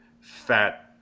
fat